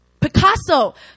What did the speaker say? Picasso